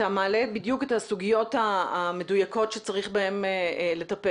אתה מעלה בדיוק את הסוגיות המדויקות שצריך בהן לטפל.